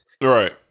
Right